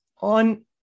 on